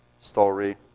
story